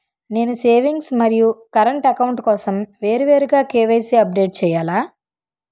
నేను సేవింగ్స్ మరియు current account కోసం వేరువేరుగా కే.వై.సీ అప్డేట్ చేయాలా?